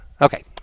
Okay